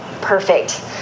perfect